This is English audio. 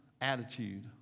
attitude